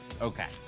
Okay